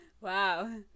Wow